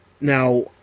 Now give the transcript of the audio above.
Now